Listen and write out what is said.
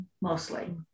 mostly